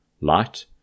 Light